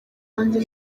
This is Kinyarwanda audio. wanjye